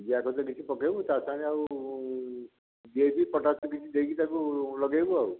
ଜିଆ ଖତ କିଛି ପକେଇବୁ ତା ସାଙ୍ଗେ ଆଉ ଡ଼ି ଏ ପି ପଟାସ୍ କିଛି ଦେଇକି ତାକୁ ଲଗାଇବୁ ଆଉ